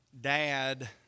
dad